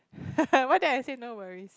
why did I say no worries